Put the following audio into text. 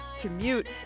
commute